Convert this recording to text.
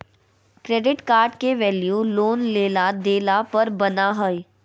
credit card के value loan लेला देला पर बना हइ